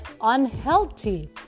unhealthy